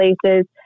places